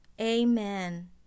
Amen